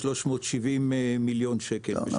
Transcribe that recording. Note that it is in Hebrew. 370 מיליון שקלים.